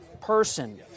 person